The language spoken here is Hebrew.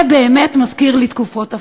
זה באמת מזכיר לי תקופות אפלות.